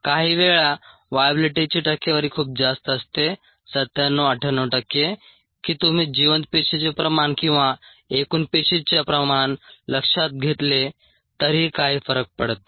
काहीवेळा वाएबिलिटीची टक्केवारी खूप जास्त असते 97 98 टक्के की तुम्ही जिवंत पेशीचे प्रमाण किंवा एकूण पेशीच्या प्रमाण लक्षात घेतले तरीही काही फरक पडत नाही